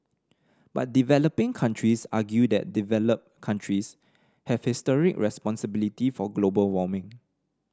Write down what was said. but developing countries argue that developed countries have historic responsibility for global warming